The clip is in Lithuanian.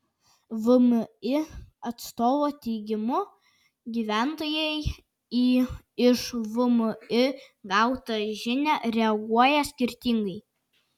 vmi atstovo teigimu gyventojai į iš vmi gautą žinią reaguoja skirtingai